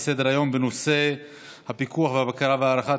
וההארכה